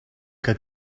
que